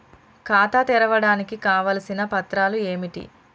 ఖాతా తెరవడానికి కావలసిన పత్రాలు ఏమిటి?